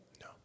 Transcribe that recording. No